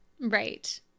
Right